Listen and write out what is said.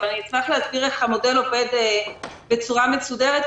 אני אשמח להסביר איך המודל עובד בצורה מסודרת,